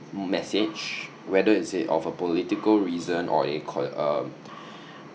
message whether it's a of a political reason or a com~ um